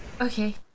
okay